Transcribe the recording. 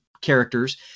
characters